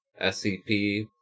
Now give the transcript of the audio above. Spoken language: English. SCP